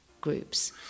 groups